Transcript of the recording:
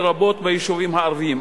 לרבות ביישובים הערביים.